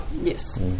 yes